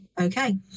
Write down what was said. Okay